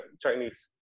Chinese